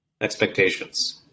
expectations